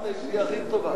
הכי טובה.